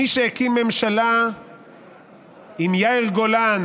מי שהקים ממשלה עם יאיר גולן,